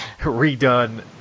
redone